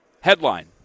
Headline